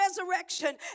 resurrection